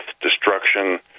destruction